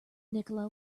nikola